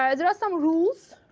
um there are some rules.